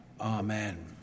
Amen